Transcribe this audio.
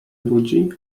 ludzi